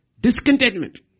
discontentment